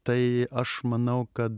tai aš manau kad